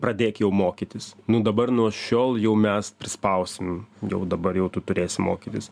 pradėk jau mokytis nu dabar nuo šiol jau mes prispausim jau dabar jau tu turėsi mokytis